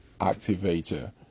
Activator